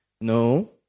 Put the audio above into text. No